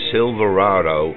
Silverado